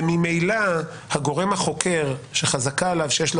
וממילא הגורם החוקר שחזקה עליו שיש לו